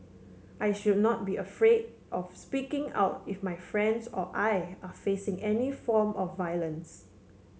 I should not be afraid of speaking out if my friends or I are facing any form of violence